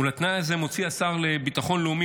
מול התנאי הזה מוציא השר לביטחון לאומי